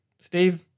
Steve